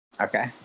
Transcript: okay